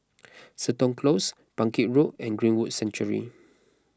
Seton Close Bangkit Road and Greenwood Sanctuary